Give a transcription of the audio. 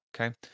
Okay